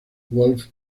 wolf